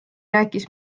rääkis